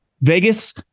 Vegas